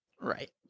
right